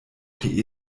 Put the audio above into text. die